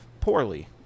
poorly